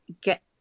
get